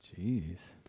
jeez